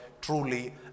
truly